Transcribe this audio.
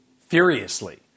furiously